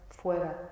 fuera